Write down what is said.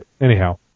Anyhow